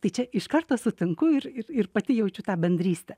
tai čia iš karto sutinku ir ir pati jaučiu tą bendrystę